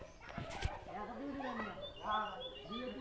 নতুন debit card এর জন্যে আবেদন কেমন করি করিম?